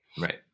right